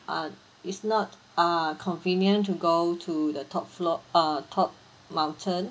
uh is not err convenient to go to the top floor uh top mountain